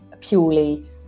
purely